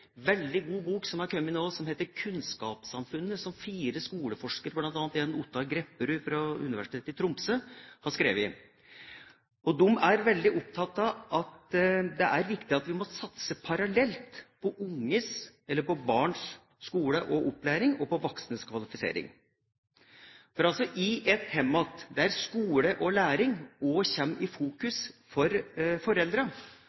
veldig god bok som har kommet nå, som heter «Kunnskapssamfunnet», som fire skoleforskere, bl.a. Gunnar Grepperud ved Universitetet i Tromsø, har skrevet. De er veldig opptatt av at det er viktig at vi satser parallelt på barns opplæring og på voksnes kvalifisering. Et hjem der skole og læring blir fokusert på også av foreldrene, slik at også de blir dratt inn i